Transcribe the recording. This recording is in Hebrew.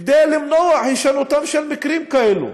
כדי למנוע הישנותם של מקרים כאלה.